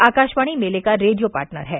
आकाशवाणी मेले का radio partner है